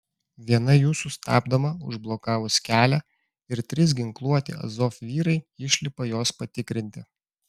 viena jų sustabdoma užblokavus kelią ir trys ginkluoti azov vyrai išlipa jos patikrinti